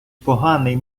поганий